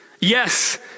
Yes